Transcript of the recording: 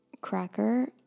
cracker